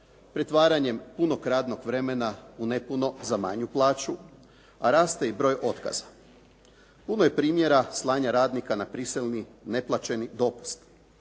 pretvaranjem punog radnog vremena u nepuno za manju plaću, a raste i broj otkaza. Puno je primjera slanja radnika na prisilni neplaćeni dopust.